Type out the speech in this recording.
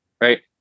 Right